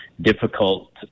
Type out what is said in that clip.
difficult